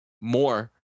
more